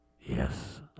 Yes